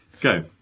Go